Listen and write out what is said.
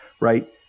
right